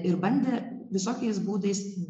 ir bandė visokiais būdais